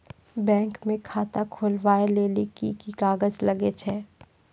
Bank म खाता खोलवाय लेली की की कागज लागै छै?